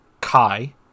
Kai